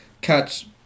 catch